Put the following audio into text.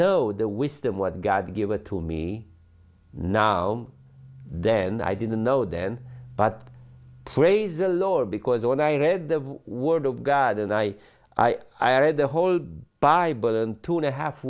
know the wisdom what god give it to me now then i didn't know then but praise the lord because when i read the word of god and i i read the whole bible and two and a half